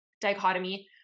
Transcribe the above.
dichotomy